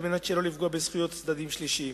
מנת שלא לפגוע בזכויות צדדים שלישיים.